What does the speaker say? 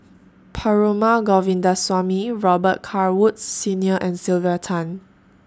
Perumal Govindaswamy Robet Carr Woods Senior and Sylvia Tan